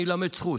אני אלמד זכות,